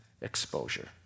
exposure